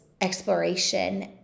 exploration